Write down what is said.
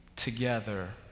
together